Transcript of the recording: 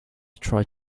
try